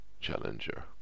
challenger